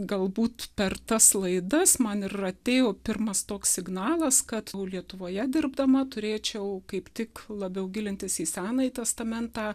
galbūt per tas laidas man ir atėjo pirmas toks signalas kad lietuvoje dirbdama turėčiau kaip tik labiau gilintis į senąjį testamentą